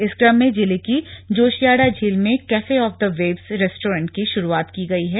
इसी क्रम में जिले की जोशियाडा झील में cafe on the waves restaurant शुरूआत की गई है